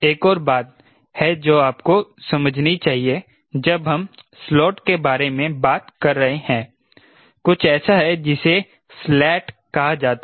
एक और बात है जो आपको समझनी चाहिए जब हम स्लॉट के बारे में बात कर रहे हैं कुछ ऐसा है जिसे स्लेट कहा जाता है